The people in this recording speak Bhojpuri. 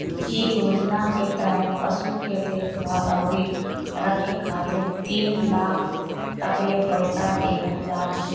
इ योजना के तहत पशु के देखभाल अउरी रखे खातिर तीन लाख तकले पईसा देहल जात ह